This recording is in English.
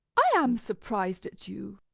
i am surprised at you.